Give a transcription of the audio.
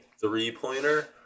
three-pointer